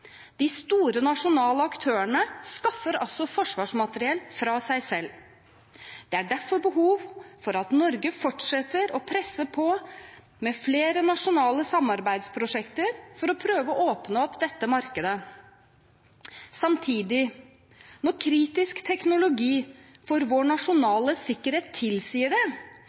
De store nasjonale aktørene skaffer altså forsvarsmateriell fra seg selv. Det er derfor behov for at Norge fortsetter å presse på med flernasjonale samarbeidsprosjekter for å prøve å åpne opp dette markedet. Samtidig, når kritisk teknologi for vår nasjonale sikkerhet tilsier det,